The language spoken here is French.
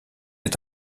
est